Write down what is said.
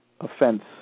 offense